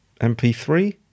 MP3